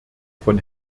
von